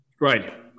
Right